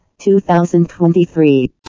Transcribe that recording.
2023